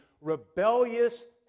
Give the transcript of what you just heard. rebellious